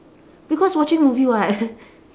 because watching movie [what]